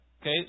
Okay